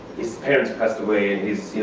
his parents passed away, and